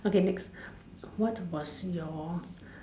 okay next what was your